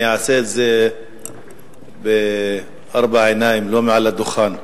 אני אעשה את זה בארבע עיניים, לא מהדוכן,